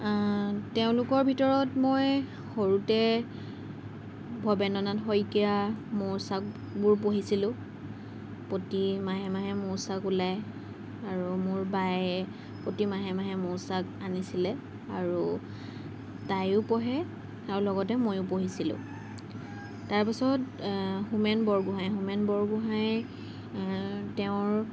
তেওঁলোকৰ ভিতৰত মই সৰুতে ভৱেন্দ্ৰনাথ শইকীয়া মৌচাকবোৰ পঢ়িছিলোঁ প্ৰতি মাহে মাহে মৌচাক ওলায় আৰু মোৰ বায়ে প্ৰতি মাহে মাহে মৌচাক আনিছিলে আৰু তাইও পঢ়ে আৰু লগতে মইও পঢ়িছিলোঁ তাৰ পাছত হোমেন বৰগোহাঞি হোমেন বৰগোহাঞি তেওঁৰ